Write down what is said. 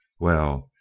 well,